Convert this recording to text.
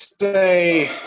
Say